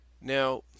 Now